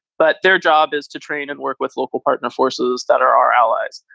but their job is to train and work with local partner forces that are our allies.